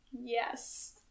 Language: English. yes